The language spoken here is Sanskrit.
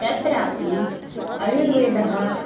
तत्रापि आयुर्वेदः